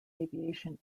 aviation